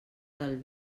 del